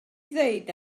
ddweud